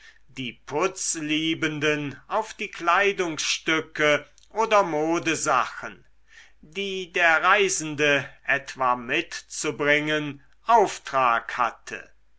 die putzliebenden auf die kleidungsstücke oder modesachen die der reisende etwa mitzubringen auftrag hatte